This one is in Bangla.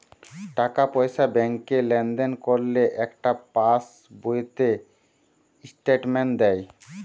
টাকা পয়সা ব্যাংকে লেনদেন করলে একটা পাশ বইতে স্টেটমেন্ট দেয়